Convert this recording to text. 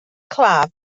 claf